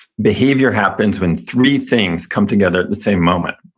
behavior happens when three things come together at the same moment,